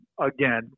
again